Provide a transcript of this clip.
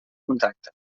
contracte